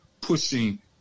pushing